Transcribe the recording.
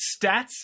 stats